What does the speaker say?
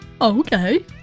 Okay